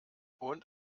und